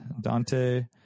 Dante